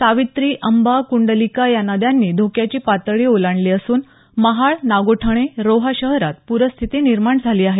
सावित्री अंबा कुंडलिका या नद्यांनी धोक्याची पातळी ओलांडली असून महाड नागोठणे रोहा शहरात प्रस्थिती निर्माण झाली आहे